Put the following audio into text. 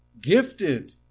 gifted